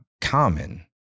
common